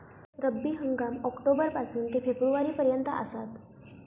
रब्बी हंगाम ऑक्टोबर पासून ते फेब्रुवारी पर्यंत आसात